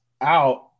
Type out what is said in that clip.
out